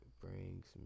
brings